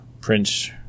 Prince